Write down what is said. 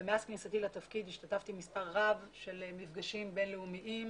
מאז כניסתי לתפקיד השתתפתי במספר רב של מפגשים בין-לאומיים